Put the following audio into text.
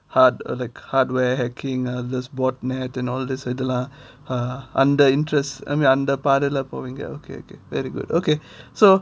hard~ like hardware hacking all this board nets and all this இதுலாம் அந்த:idhulam andha uh under interest I mean under அந்த பாதைல போவீங்க:andha pathaila poveenga okay okay very good okay so